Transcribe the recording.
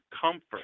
comfort